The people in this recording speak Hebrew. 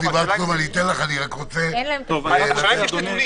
השאלה אם יש נתונים.